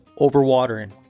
overwatering